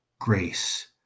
grace